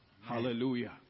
Hallelujah